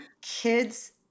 kids